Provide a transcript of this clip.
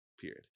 period